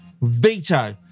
veto